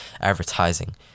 advertising